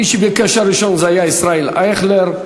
מי שביקש הראשון זה היה ישראל אייכלר,